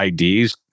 IDs